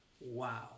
wow